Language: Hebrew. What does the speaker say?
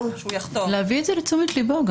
להביא את זה לתשומת ליבו.